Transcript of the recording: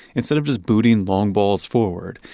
instead of just booting long balls forward,